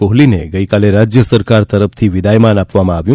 કોહલીને ગઇકાલે રાજ્યસરકાર તરફથી વિદાયમાન આપવામાં આવ્યું